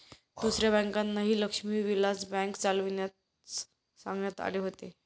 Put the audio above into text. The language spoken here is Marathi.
दुसऱ्या बँकांनाही लक्ष्मी विलास बँक चालविण्यास सांगण्यात आले होते